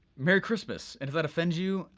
merry christmas. and if that offends you,